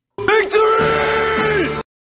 Victory